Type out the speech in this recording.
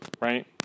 right